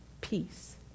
peace